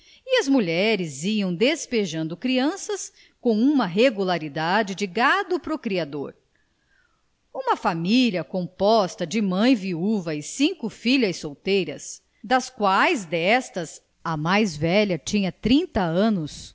e as mulheres iam despejando crianças com uma regularidade de gado procriador uma família composta de mãe viúva e cinco filhas solteiras das quais destas a mais velha tinha trinta anos